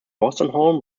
wolstenholme